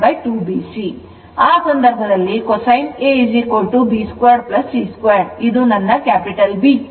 ಆ ಸಂದರ್ಭದಲ್ಲಿ cosine Ab2c2 ಇದು ನನ್ನ B